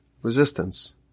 Resistance